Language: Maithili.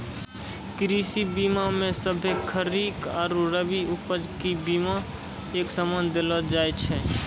कृषि बीमा मे सभ्भे खरीक आरु रवि उपज के बिमा एक समान देलो जाय छै